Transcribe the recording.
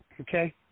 Okay